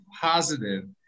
positive